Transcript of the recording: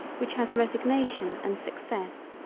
which has resignation and success,